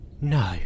no